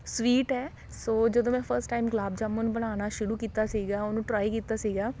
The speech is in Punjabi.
ਸਵੀਟ ਹੈ ਸੋ ਜਦੋਂ ਮੈਂ ਫਸਟ ਟਾਈਮ ਗੁਲਾਬ ਜਾਮੁਨ ਬਣਾਉਣਾ ਸ਼ੁਰੂ ਕੀਤਾ ਸੀਗਾ ਉਹਨੂੰ ਟਰਾਈ ਕੀਤਾ ਸੀਗਾ